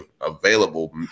available